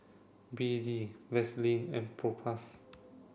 B D Vaselin and Propass